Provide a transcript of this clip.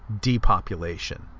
depopulation